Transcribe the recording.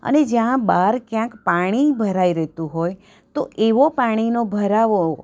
અને જ્યાં બહાર ક્યાંક પાણી ભરાઈ રહેતું હોય તો એવો પાણીનો ભરાવો